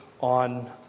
on